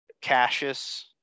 Cassius